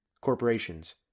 corporations